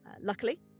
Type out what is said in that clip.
Luckily